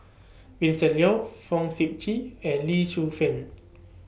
Vincent Leow Fong Sip Chee and Lee Shu Fen